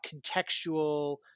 contextual